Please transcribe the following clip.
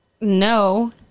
no